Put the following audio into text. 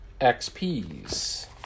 xps